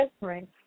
right